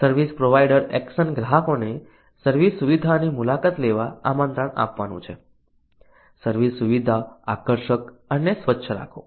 service provider action ગ્રાહકોને service સુવિધાની મુલાકાત લેવા આમંત્રણ આપવાનું છે સર્વિસ સુવિધા આકર્ષક અને સ્વચ્છ રાખો